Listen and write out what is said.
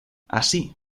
así